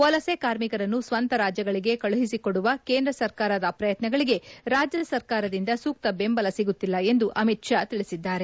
ವಲಸೆ ಕಾರ್ಮಿಕರನ್ನು ಸ್ವಂತ ರಾಜ್ಗಳಿಗೆ ಕಳುಹಿಸಿಕೊಡುವ ಕೇಂದ್ರ ಸರ್ಕಾರದ ಪ್ರಯತ್ನಗಳಿಗೆ ರಾಜ್ಞ ಸರ್ಕಾರದಿಂದ ಸೂಕ್ತ ಬೆಂಬಲ ಸಿಗುತ್ತಿಲ್ಲ ಎಂದು ಅಮಿತ್ ಶಾ ತಿಳಿಸಿದ್ದಾರೆ